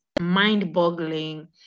mind-boggling